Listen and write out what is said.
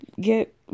get